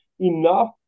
enough